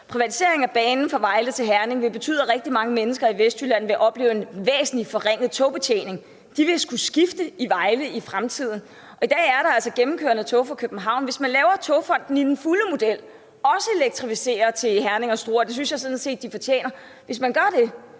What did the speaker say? Privatisering af banen fra Vejle til Herning vil betyde, at rigtig mange mennesker i Vestjylland vil opleve en væsentlig forringet togbetjening. De vil i fremtiden skulle skifte i Vejle, og i dag er der altså gennemkørende tog fra København. Hvis man laver Togfonden DK i den fulde model og elektrificerer til Herning og Struer – det synes jeg sådan set de fortjener – vil man kunne